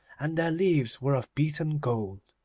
and their leaves were of beaten gold.